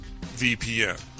vpn